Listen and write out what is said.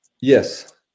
Yes